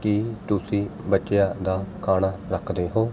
ਕੀ ਤੁਸੀਂ ਬੱਚਿਆਂ ਦਾ ਖਾਣਾ ਰੱਖਦੇ ਹੋ